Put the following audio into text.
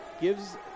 gives